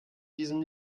diesem